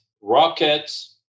rockets